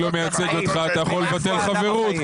קובי, אתה יכול לבטל חברות.